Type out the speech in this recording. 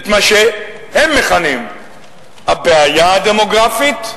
את מה שהם מכנים "הבעיה הדמוגרפית".